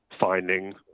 finding